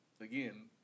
again